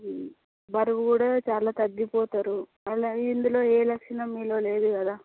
బరువు కూడా చాలా తగ్గిపోతారు అలా ఇందులో ఏ లక్షణం మీలో లేదు కదా